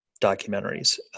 documentaries